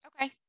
okay